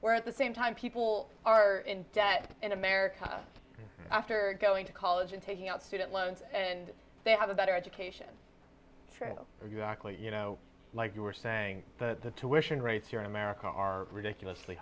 where at the same time people are in debt in america after going to college and taking out student loans and they have a better education true you know like you were saying that the tuitions rates here in america are ridiculously